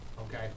okay